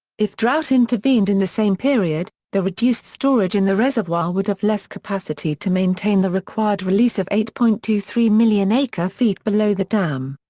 if drought intervened in the same period, the reduced storage in the reservoir would have less capacity to maintain the required release of eight point two three million acre feet below the dam.